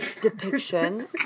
depiction